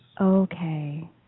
okay